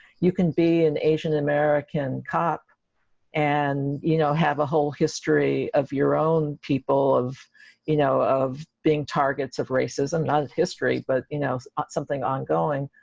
you can be an asian american cop and you know have a whole history of your own people, of you know, of being targets of racism not history but you know something ongoing,